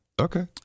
Okay